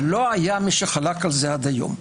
ולא היה מי שחלק על זה עד היום.